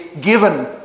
given